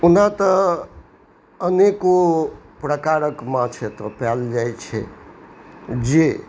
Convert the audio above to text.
एना तऽ अनेको प्रकारक माछ एतय पाओल जाइ छै जे